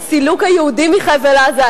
את סילוק היהודים מחבל-עזה,